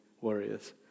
warriors